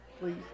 please